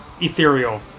ethereal